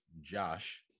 josh